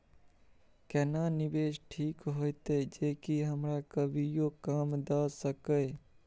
केना निवेश ठीक होते जे की हमरा कभियो काम दय सके?